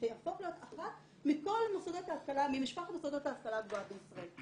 שתהפוך להיות אחת ממשפחת מוסדות ההשכלה הגבוהה בישראל.